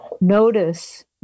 notice